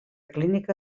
clínica